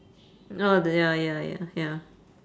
oh the ya ya ya ya